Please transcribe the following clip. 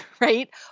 right